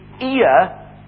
ear